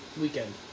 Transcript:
Weekend